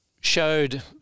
showed